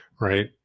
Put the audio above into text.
Right